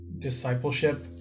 discipleship